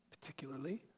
particularly